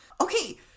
Okay